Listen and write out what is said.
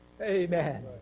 amen